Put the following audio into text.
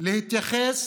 להתייחס